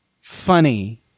funny